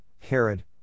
Herod